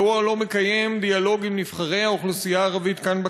מדוע הוא לא מקיים דיאלוג עם נבחרי האוכלוסייה הערבית כאן,